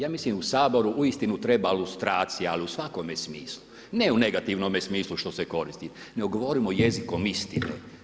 Ja mislim da u saboru istinu treba ilustracija, ali u svakome smislu, ne u negativnome smislu što se koristi, ne govorimo jezikom istine.